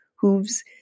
hooves